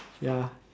ya